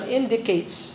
indicates